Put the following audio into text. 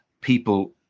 people